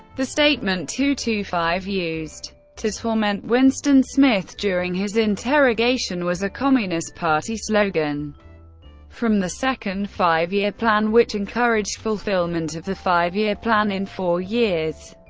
the statement two two five, used to torment winston smith during his interrogation, was a communist party slogan from the second five-year plan, which encouraged fulfillment of the five-year plan in four years.